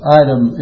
item